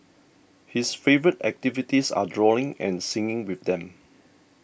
his favourite activities are drawing and singing with them